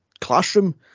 classroom